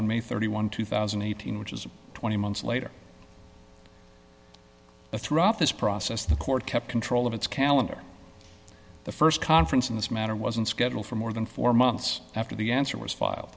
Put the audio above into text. on may thirty one two thousand and eighteen which is twenty months later throughout this process the court kept control of its calendar the st conference in this matter wasn't scheduled for more than four months after the answer was file